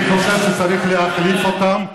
אני חושב שצריך להחליף אותם,